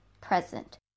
present